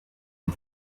and